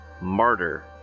martyr